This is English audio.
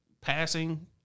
passing